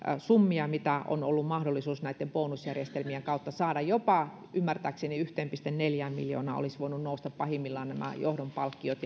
summia on ollut mahdollisuus näiden bonusjärjestelmien kautta saada ymmärtääkseni jopa yhteen pilkku neljään miljoonaan olisivat voineet nousta pahimmillaan nämä johdon palkkiot